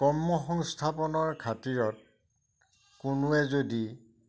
কৰ্ম সংস্থাপনৰ খাতিৰত কোনোৱে যদি